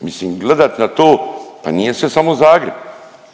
mislim gledat na to, pa nije sve samo Zagreb,